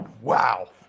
wow